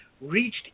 reached